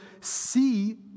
see